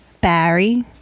Barry